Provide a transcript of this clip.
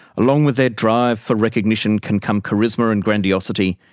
along with their drive for recognition can come charisma and grandiosity,